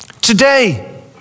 today